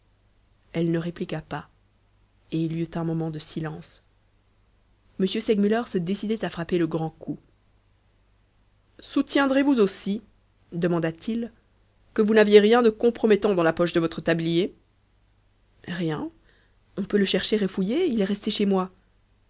elle ne répliqua pas et il y eut un moment de silence m segmuller se décidait à frapper le grand coup soutiendrez vous aussi demanda-t-il que vous n'aviez rien de compromettant dans la poche de votre tablier rien on peut le chercher et fouiller il est resté chez moi